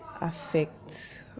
affect